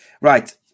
Right